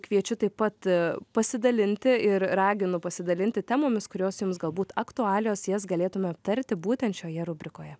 kviečiu taip pat pasidalinti ir raginu pasidalinti temomis kurios jums galbūt aktualios jas galėtume aptarti būtent šioje rubrikoje